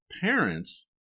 parents